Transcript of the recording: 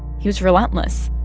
he was relentless